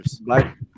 black